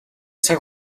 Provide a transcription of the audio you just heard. цаг